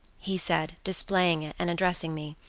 he said, displaying it, and addressing me,